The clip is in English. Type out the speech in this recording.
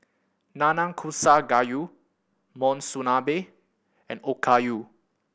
Nanakusa Gayu Monsunabe and Okayu